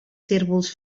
cérvols